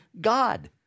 God